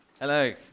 hello